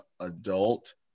adult